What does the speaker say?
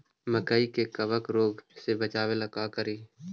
मकई के कबक रोग से बचाबे ला का करि?